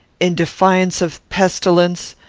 in defiance of pestilence,